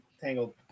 Tangled